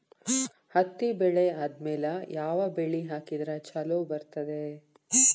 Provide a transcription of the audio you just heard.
ಹತ್ತಿ ಬೆಳೆ ಆದ್ಮೇಲ ಯಾವ ಬೆಳಿ ಹಾಕಿದ್ರ ಛಲೋ ಬರುತ್ತದೆ?